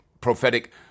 prophetic